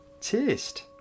taste